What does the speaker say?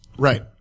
Right